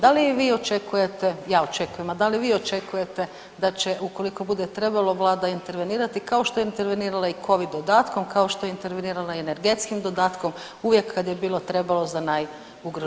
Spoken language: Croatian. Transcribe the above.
Da li vi očekujete, ja očekujem, a da li vi očekujete da će, ukoliko bude trebalo, Vlada intervenirati, kao što je intervenirala i Covid dodatkom, kao što je intervenirala energetski dodatkom, uvijek kad je bilo, trebalo za najugroženije.